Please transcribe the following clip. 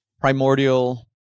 primordial